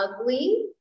ugly